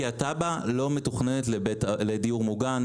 כי התב"ע לא מתוכננת לדיור מוגן.